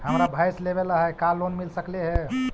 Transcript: हमरा भैस लेबे ल है का लोन मिल सकले हे?